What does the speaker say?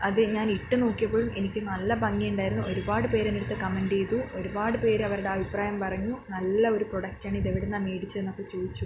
അത് ഞാൻ ഇട്ടു നോക്കിയപ്പോഴും എനിക്ക് നല്ല ഭംഗി ഉണ്ടായിരുന്നു ഒരുപാട് പേര് എൻ്റടുത്തു കമന്റ് ചെയ്തു ഒരുപാട് പേര് അവരുടെ അഭിപ്രായം പറഞ്ഞു നല്ലൊരു പ്രൊഡക്റ്റാണ് ഇത് എവിടുന്നാണ് മേടിച്ചെന്നൊക്കെ ചോദിച്ചു